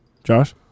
Josh